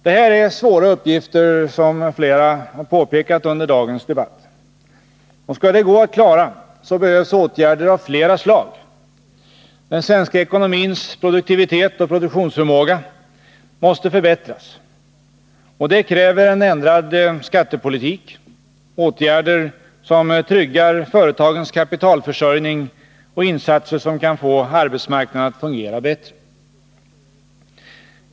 Det här är svåra uppgifter, som flera talare har påpekat under dagens debatt. Skall det gå att klara dem, så behövs det åtgärder av flera slag. Den svenska ekonomins produktivitet och produktionsförmåga måste förbättras. Det kräver en ändrad skattepolitik, åtgärder som tryggar företagens kapitalförsörjning samt insatser som kan få arbetsmarknaden att fungera bättre.